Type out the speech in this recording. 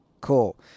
Cool